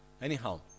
Anyhow